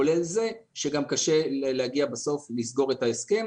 כולל זה שגם קשה להגיע לסגור את ההסכם.